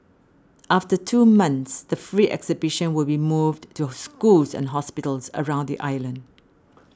after two months the free exhibition will be moved to schools and hospitals around the island